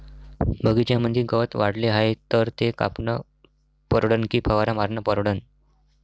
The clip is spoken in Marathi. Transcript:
बगीच्यामंदी गवत वाढले हाये तर ते कापनं परवडन की फवारा मारनं परवडन?